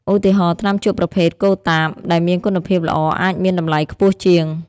ឧទាហរណ៍ ថ្នាំជក់ប្រភេទកូតាបដែលមានគុណភាពល្អអាចមានតម្លៃខ្ពស់ជាង។